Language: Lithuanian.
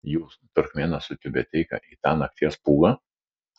jūs turkmėnas su tiubeteika į tą nakties pūgą